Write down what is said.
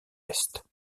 est